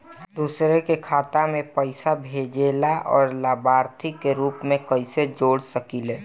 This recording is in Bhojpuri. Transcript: दूसरे के खाता में पइसा भेजेला और लभार्थी के रूप में कइसे जोड़ सकिले?